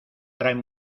traen